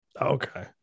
Okay